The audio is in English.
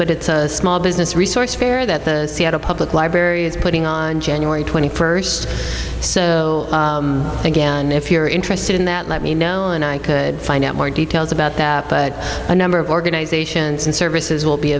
but it's a small business resource fair that the seattle public library is putting on january twenty first so if you're interested in that let me know and i could find out more details about that but a number of organizations and services will be